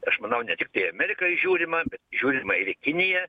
aš manau ne tiktai amerika įžiūrima bet žiūrima ir į kiniją